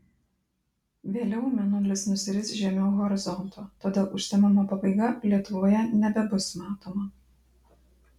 vėliau mėnulis nusiris žemiau horizonto todėl užtemimo pabaiga lietuvoje nebebus matoma